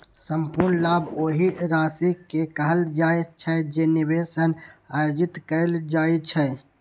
संपूर्ण लाभ ओहि राशि कें कहल जाइ छै, जे निवेश सं अर्जित कैल जाइ छै